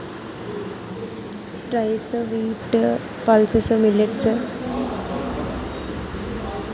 ఎర్ర మట్టి నేలలో ఎటువంటి పంటలకు అనువుగా ఉంటుంది?